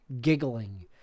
Giggling